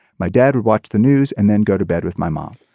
my dad would watch the news and then go to bed with my mom.